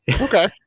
Okay